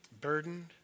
burdened